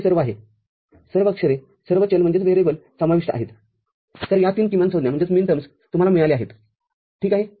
तर हे सर्व आहे सर्व अक्षरेसर्व चल समाविष्ट आहेततर या तीन किमान संज्ञा तुम्हाला मिळाल्या आहेत ठीक आहे